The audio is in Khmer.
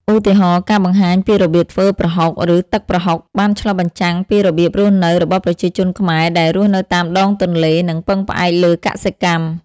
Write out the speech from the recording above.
ឧទាហរណ៍ ការបង្ហាញពីរបៀបធ្វើ ប្រហុក ឬ ទឹកប្រហុក បានឆ្លុះបញ្ចាំងពីរបៀបរស់នៅរបស់ប្រជាជនខ្មែរដែលរស់នៅតាមដងទន្លេ និងពឹងផ្អែកលើកសិកម្ម ។